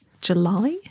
July